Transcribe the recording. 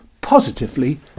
positively